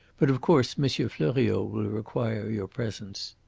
but of course monsieur fleuriot will require your presence.